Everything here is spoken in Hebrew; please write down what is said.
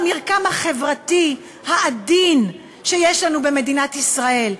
במרקם החברתי העדין שיש לנו במדינת ישראל,